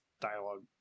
dialogue